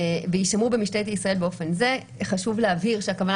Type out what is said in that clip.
ויישמרו במשטרת ישראל באופן זה," -- חשוב להבהיר שהכוונה